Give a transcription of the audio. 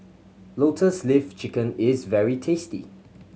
Lotus Leaf Chicken is very tasty